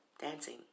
dancing